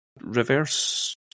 reverse